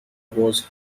was